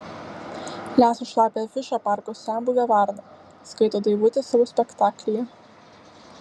lesa šlapią afišą parko senbuvė varna skaito daivutė savo spektaklyje